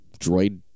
droid